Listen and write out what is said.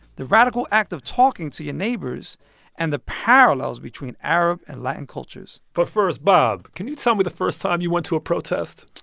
the radical act of talking to your neighbors and the parallels between arab and latin cultures but first, bob, can you tell me the first time you went to a protest?